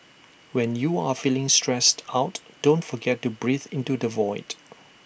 when you are feeling stressed out don't forget to breathe into the void